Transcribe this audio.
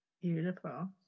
Beautiful